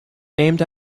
named